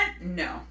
no